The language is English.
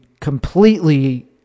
completely